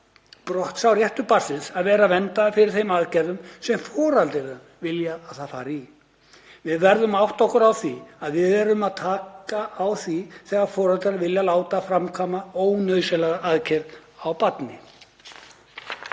brott sá réttur barnsins að vera verndað fyrir þeim aðgerðum sem foreldrar vilja að það fari í. Við verðum að átta okkur á því að við verðum að taka á því þegar foreldrar vilja láta framkvæma ónauðsynlega aðgerð á barni.